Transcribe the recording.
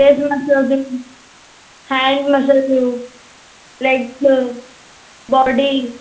face massage hand massage legs body